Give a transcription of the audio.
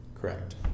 Correct